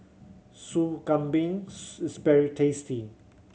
Sup Kambing is very tasty